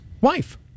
wife